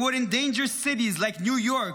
It would endanger cities like New York,